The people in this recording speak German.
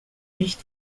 nicht